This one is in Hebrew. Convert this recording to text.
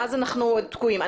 ואז אנחנו תקועים.